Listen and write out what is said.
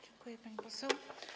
Dziękuję, pani poseł.